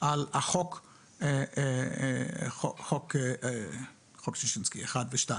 על חוק ששינסקי אחד ושניים.